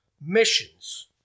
missions